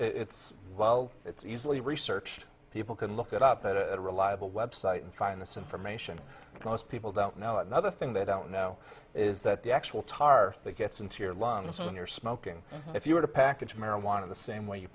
it's well it's easily researched people can look it up at a reliable website and find this information most people don't know another thing they don't know is that the actual tar that gets into your lungs when you're smoking if you were to package marijuana the same way you